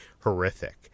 horrific